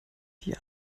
die